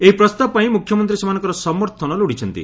ଏହି ପ୍ରସ୍ତାବ ପାଇଁ ମୁଖ୍ୟମନ୍ତୀ ସେମାନଙ୍କର ସମର୍ଥନ ଲୋଡିଛନ୍ତି